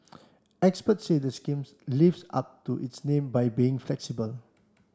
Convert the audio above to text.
experts said the scheme lives up to its name by being flexible